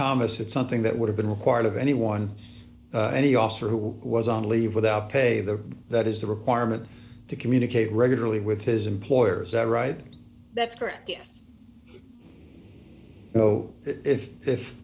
thomas it's something that would have been required of anyone any officer who was on leave without pay there that is the requirement to communicate regularly with his employers that right that's correct yes you know if